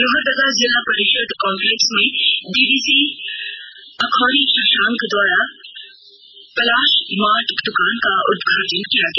लोहरदगा जिला परिषद कॉम्पलेक्स में डीडीसी अखौरी शशांक के द्वारा पलाश मार्ट द्वकान का उदघाटन किया गया